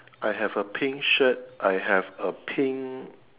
I have a pink shirt I have a pink